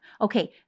okay